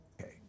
Okay